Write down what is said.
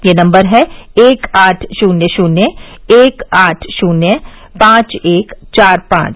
यह नम्बर है एक आठ शून्य शून्य एक आठ शुन्य पांच एक चार पांच